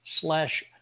slash